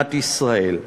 במדינת ישראל,